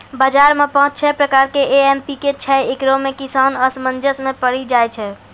बाजार मे पाँच छह प्रकार के एम.पी.के छैय, इकरो मे किसान असमंजस मे पड़ी जाय छैय?